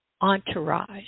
entourage